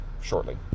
shortly